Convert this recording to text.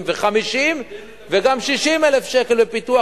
ל-40,000 ו-50,000 וגם 60,000 שקל בפיתוח,